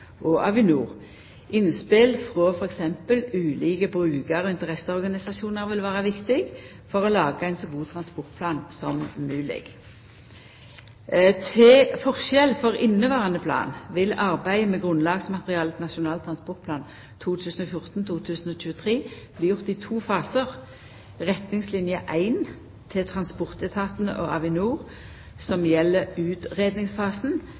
og Avinor. Innspel frå t.d. ulike brukar- og interesseorganisasjonar vil vera viktige for å laga ein så god transportplan som mogleg. Til forskjell frå inneverande plan vil arbeidet med grunnlagsmaterialet til Nasjonal transportplan 2014–2023 bli gjort i to fasar. Retningsline 1 til transportetatane og Avinor, som